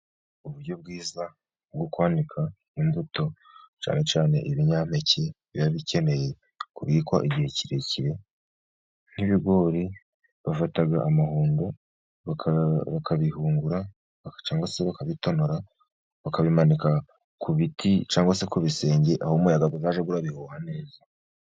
Uburyo bwiza bwo kwanika imbuto, cyangwa cyane cyane ibinyampeke biba bikeneye kubikwa igihe kirekire nk'ibigori, bafata amahudo bakabihungura cyangwa se bakabitonora, bakabimanika ku biti cyangwa se ku bisenge aho umuyaga uzajy urabihuha neza.